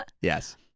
yes